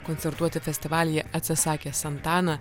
koncertuoti festivalyje atsisakė santana